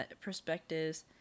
perspectives